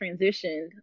transitioned